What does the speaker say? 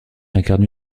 incarne